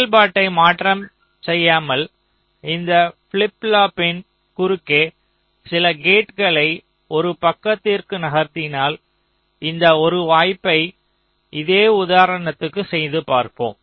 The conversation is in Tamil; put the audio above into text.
செயல்பாட்டை மாற்றம் செய்யாமல் இந்த ஃபிளிப் ஃப்ளாப்பின் குறுக்கே சில கேட்களை ஒரு பக்கத்திற்கு நகர்த்தினால் இந்த ஒரு வாய்ப்பை இதே உதாரணத்திற்கு செய்து பார்ப்போம்